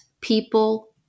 people